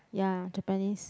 ya Japanese